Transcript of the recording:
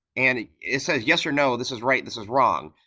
and it it says yes or no, this is right, this is wrong,